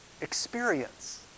experience